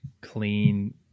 clean